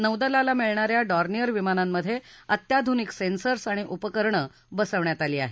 नौदलाला मिळणाऱ्या डॉर्नियर विमानांमध्ये अत्याधुनिक सेंन्सर्स आणि उपकरणं बसवण्यात आली आहेत